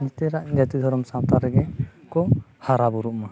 ᱱᱮᱛᱟᱨᱟᱜ ᱡᱟᱛᱤ ᱫᱷᱚᱨᱚᱢ ᱥᱟᱶᱛᱟ ᱨᱮᱜᱮ ᱠᱚ ᱦᱟᱨᱟᱼᱵᱩᱨᱩᱜ ᱢᱟ